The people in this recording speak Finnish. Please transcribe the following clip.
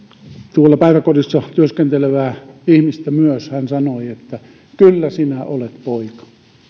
tuolla päiväkodissa työskentelevää ihmistä myös hän sanoi kyllä sinä olet poika